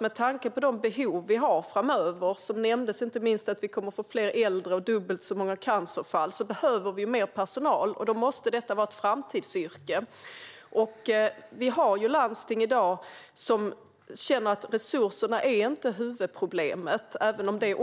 Det nämndes inte minst att vi kommer att få fler äldre och dubbelt så många cancerfall. Vi behöver mer personal, och då måste det vara ett framtidsyrke. Vi har i dag landsting som känner att resurserna inte är huvudproblemet, även om det